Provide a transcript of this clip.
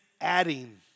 adding